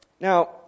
Now